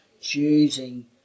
choosing